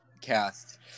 cast